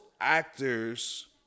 actors